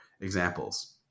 examples